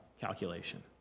calculation